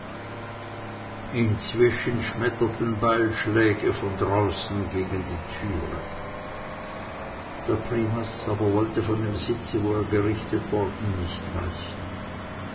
inzwischen schmetterten beilschläge von draußen gegen die türe der primas aber wollte von dem sitze wo er gerichtet worden nicht weichen